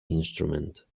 instrument